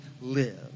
live